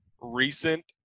recent